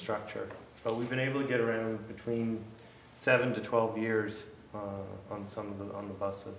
structure but we've been able to get a room between seven to twelve years on some of them on the bus